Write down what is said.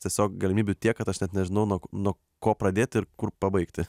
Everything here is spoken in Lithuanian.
tiesiog galimybių tiek kad aš net nežinau nuo nuo ko pradėti ir kur pabaigti